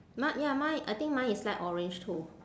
mi~ ya mine I think mine is light orange too